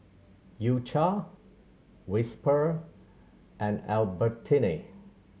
U Cha Whisper and Albertini